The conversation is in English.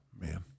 Man